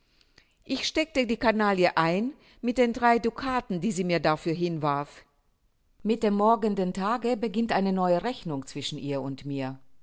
ich steckte die canaille ein mit den drei ducaten die sie mir dafür hinwarf mit dem morgenden tage beginnt eine neue rechnung zwischen ihr und mir